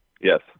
yes